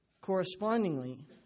correspondingly